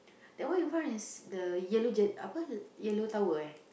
that one in front is the yellow jet apa yellow tower eh